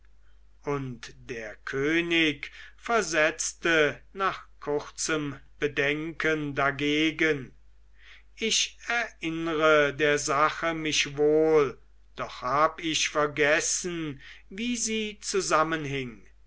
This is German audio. und der könig versetzte nach kurzem bedenken dagegen ich erinnre der sache mich wohl doch hab ich vergessen wie sie zusammenhing